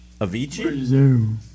Avicii